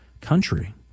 country